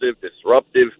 disruptive